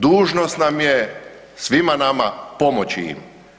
Dužnost nam je svima nama pomoći im.